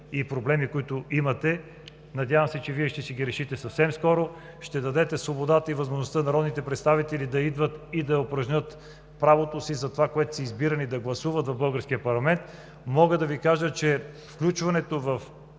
и проблеми, които имате. Надявам се, че Вие ще си ги решите съвсем скоро, ще дадете свободата и възможността народните представители да идват и да упражнят правото си за това, за което са избирани – да гласуват в българския парламент. Мога да Ви кажа, че включването в